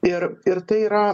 ir ir tai yra